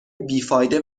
بیفایده